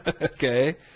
Okay